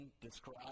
describe